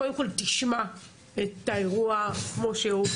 קודם כל תשמע את האירוע כמו שהוא,